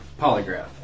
polygraph